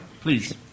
please